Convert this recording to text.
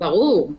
ברור.